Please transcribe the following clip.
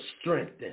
strengthen